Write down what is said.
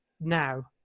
now